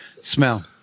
Smell